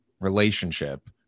relationship